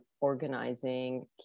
organizing